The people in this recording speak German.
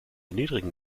niedrigen